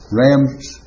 ram's